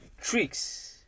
tricks